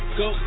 go